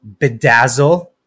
bedazzle